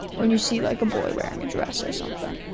when you see like a boy wearing a dress or something?